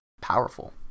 powerful